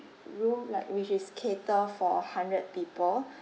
room like which is cater for hundred people